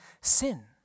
sin